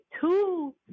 two